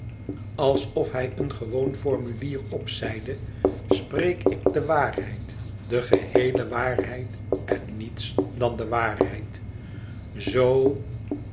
alsof hij een gewoon formulier opzeide spreek ik de waarheid de geheele waarheid en niets dan de waarheid zoo